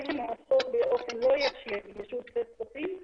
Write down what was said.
שתיהן עוסקות באופן לא ישיר ביישוב סכסוכים,